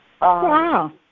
Wow